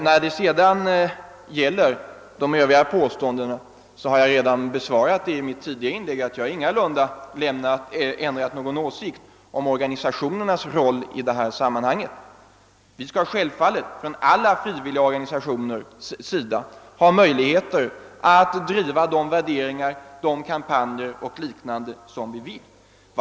När det gäller de övriga påståendena har jag redan i mitt tidigare inlägg förklarat att jag ingalunda har ändrat åsikt beträffande organisationernas roll i detta sammanhang. Alla frivilliga organisationer skall självfallet ha möjlighet att driva de värderingar, de kampanjer och liknande som de vill driva.